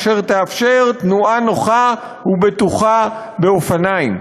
אשר תאפשר תנועה נוחה ובטוחה באופניים.